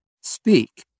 speak